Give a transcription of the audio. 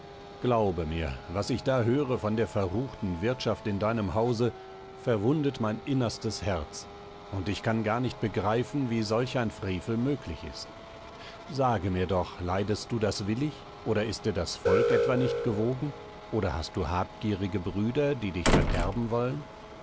glaube mir was ich da höre von der verruchten wirtschaft in deinem hause verwundet mein innerstes herz und ich kann gar nicht begreifen wie solch ein frevel möglich ist sage mir doch leidest du das willig oder ist dir das volk etwa nicht gewogen oder hast du habgierige brüder die dich verderben wollen